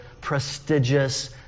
prestigious